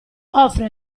offre